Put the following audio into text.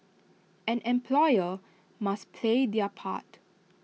and employers must play their part